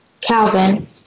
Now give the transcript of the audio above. Calvin